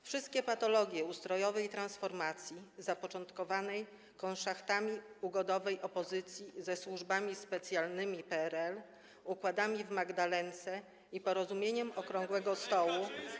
Wszystkie patologie ustrojowej transformacji, zapoczątkowanej konszachtami ugodowej opozycji ze służbami specjalnymi PRL, układami w Magdalence i porozumieniem okrągłego stołu.